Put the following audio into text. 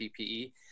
PPE